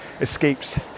escapes